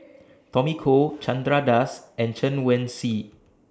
Tommy Koh Chandra Das and Chen Wen Hsi